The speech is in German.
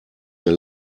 mir